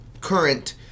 current